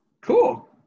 cool